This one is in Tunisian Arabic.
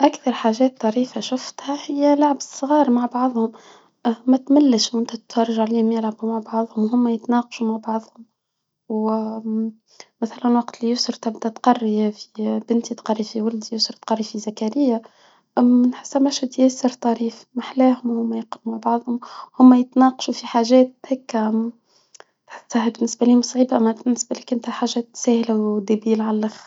اكثر حاجات طريفة شفتها هي لعبة الصغار مع بعضهم. اه ما تملش وانت تتفرج عليهم يلعبوا مع بعضهم هم يتناقشوا مع بعضهم. واه مثلا وقت ليسر تبدأ تقر فى بنتى تقر فى ولدى يسر تقر في زكريا حاسة هدا مشهد طريف ما احلاهم وما يقرا هما يتناقشوا في حاجات هكا تحسها بالنسبة ليهم صعيبة بالنسبة ليك انتا حاجة ساهلة.